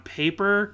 paper